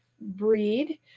breed